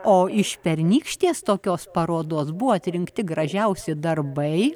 o iš pernykštės tokios parodos buvo atrinkti gražiausi darbai